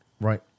Right